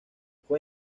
fue